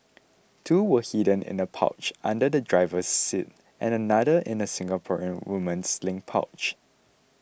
two were hidden in a pouch under the driver's seat and another in a Singaporean woman's sling pouch